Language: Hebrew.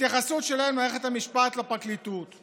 ההתייחסות שלהם למערכת המשפט, לפרקליטות.